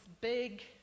big